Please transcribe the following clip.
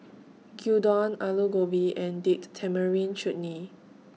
Gyudon Alu Gobi and Date Tamarind Chutney